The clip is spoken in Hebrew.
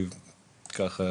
קודם כל,